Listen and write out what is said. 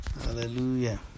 Hallelujah